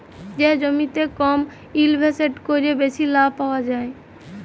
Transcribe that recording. যে জমিতে কম ইলভেসেট ক্যরে বেশি লাভ পাউয়া যায়